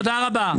תודה רבה.